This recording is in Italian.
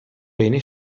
bene